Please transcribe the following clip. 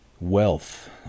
wealth